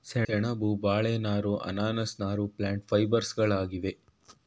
ಸೆಣಬು, ಬಾಳೆ ನಾರು, ಅನಾನಸ್ ನಾರು ಪ್ಲ್ಯಾಂಟ್ ಫೈಬರ್ಸ್ಗಳಾಗಿವೆ